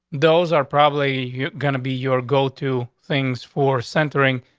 those are probably gonna be your go to things for centering,